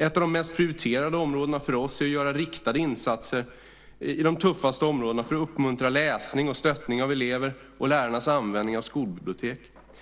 Ett av de mest prioriterade områdena för oss är att göra riktade insatser i de tuffaste områdena för att uppmuntra läsning, stöttning av elever och lärarnas användning av skolbibliotek.